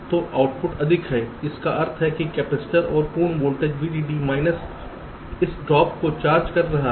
तो आउटपुट अधिक है जिसका अर्थ है कि कपैसिटर अपने पूर्ण वोल्टेज VDD माइनस इस ड्रॉप को चार्ज कर रहा है